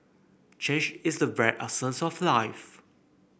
change is the very essence of life